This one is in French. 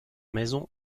maisons